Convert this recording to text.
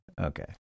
Okay